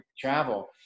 travel